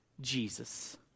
Jesus